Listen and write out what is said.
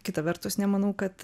kita vertus nemanau kad